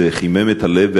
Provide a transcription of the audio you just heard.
זה חימם את הלב.